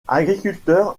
agriculteur